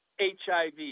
HIV